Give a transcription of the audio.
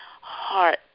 heart